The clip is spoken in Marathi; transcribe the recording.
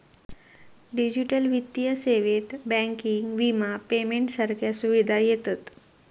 डिजिटल वित्तीय सेवेत बँकिंग, विमा, पेमेंट सारख्या सुविधा येतत